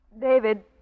David